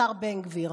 השר בן גביר?